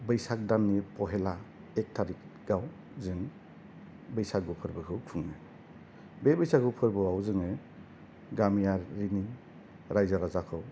बैसाग दाननि पहेला एक तारिखाव जों बैसागु फोरबोखौ खुङो बे बैसागु फोरबोआव जोङो गामियारि रायजो राजाखौ